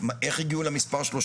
איך הגיעו למספר 36?